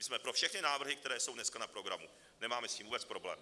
My jsme pro všechny návrhy, které jsou dneska na programu, nemáme s tím vůbec problém.